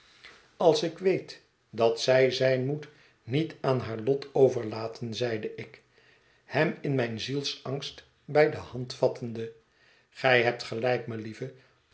als ik weet dat zij zijn moet niet aan haar lot overlaten zeide ik hem in mijn zielsangst bij de hand vattende gij hebt gelijk melieve